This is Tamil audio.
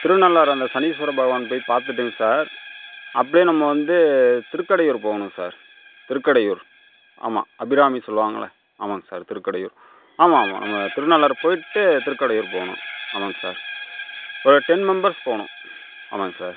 திருநள்ளாறு அந்த சனீஸ்வரன் பகவான் போய் பாத்துட்டுங்க சார் அப்டியே நம்ம வந்து திருக்கடையூர் போகணும் சார் திருக்கடையூர் ஆமா அபிராமி சொல்லுவாங்கள ஆமாங்க சார் திருக்கடையூர் ஆமா ஆமா நம்ம திருநள்ளாறு போய்ட்டு திருக்கடையூர் போகணும் ஆமாங்க சார் ஒரு டென் மெம்பர்ஸ் போகணும் ஆமாங்க சார்